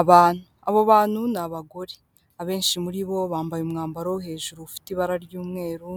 Abantu abo bantu ni abagore, abenshi muri bo bambaye umwambaro wo hejuru ufite ibara ry'umweru